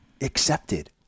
accepted